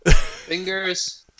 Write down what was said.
Fingers